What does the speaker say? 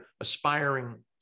aspiring